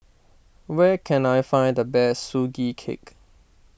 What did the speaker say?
where can I find the best Sugee Cake